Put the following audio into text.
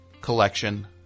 collection